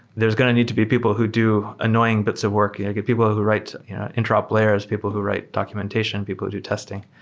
there's going to need to be people who do annoying bits of work. yeah get people who write interop players, people who write documentation, people who do testing.